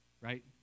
right